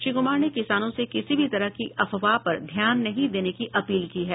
श्री क्मार ने किसानों से किसी भी तरह की अफवाह पर ध्यान नहीं देने की अपील की है